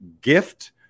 gift